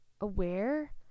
aware